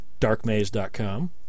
darkmaze.com